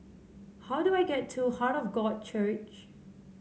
how do I get to Heart of God Church